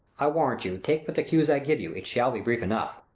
i warrant you, take but the cues i give you, it shall be brief enough.